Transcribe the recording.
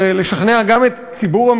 היו גם כאלה שהצטערו,